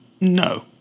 No